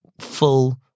full